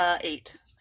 Eight